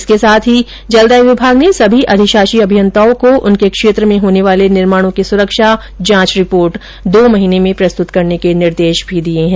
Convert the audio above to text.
इसके साथ ही जलंदाय विभाग ने सभी अधिशाषी अभियंताओं को उनके क्षेत्र में होने वाले निर्माणों की सुरक्षा जांच रिपोर्ट दो महीने में प्रस्तुत करने के निर्देश भी दिये है